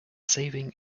saving